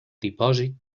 dipòsit